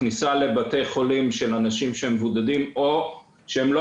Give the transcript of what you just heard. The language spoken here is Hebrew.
למנוע כניסה לבתי חולים של אנשים שהם מבודדים או שהם לא